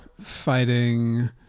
fighting